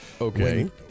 Okay